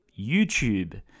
YouTube